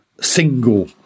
single